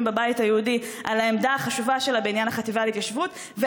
בבית היהודי על העמדה החשובה שלה בעניין החטיבה להתיישבות.